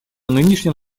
нынешним